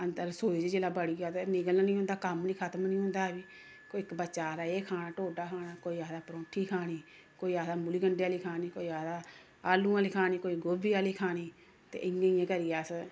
अंदर रसोई च जेल्लै बड़ी जाओ ते निकलन निं होंदा कम्म निं खत्म निं होंदा ऐ कोई इक बच्चा आखदा एह् खाना ढोड्ढा खाना कोई आखदा परौंठी खानी कोई आखदा मूली गंडे आह्ली खानी कोई आखदा आलू आह्ली खानी कोई गोभी आह्ली खानी ते इ'यां इ'यां करियै अस